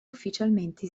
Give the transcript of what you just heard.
ufficialmente